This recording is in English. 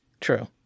True